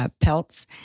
Pelts